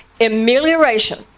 amelioration